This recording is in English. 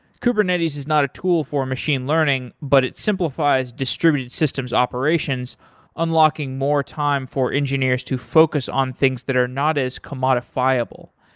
kubernetes is not a tool for machine learning, but it simplifies distributed systems operations unlocking more time for engineers to focus on things that are not as commodifiable,